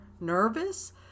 nervous